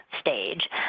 stage